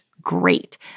great